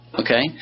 okay